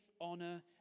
honor